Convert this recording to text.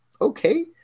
okay